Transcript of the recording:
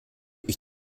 ich